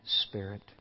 spirit